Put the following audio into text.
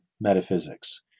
metaphysics